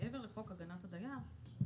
מעבר לחוק הגנת הדייר,